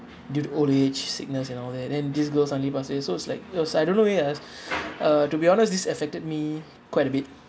due to old age sickness and all that then this girl suddenly pass away so it was like it was I don't know why ah uh to be honest this affected me quite a bit